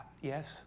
Yes